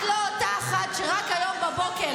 את לא אותה אחת שרק היום בבוקר,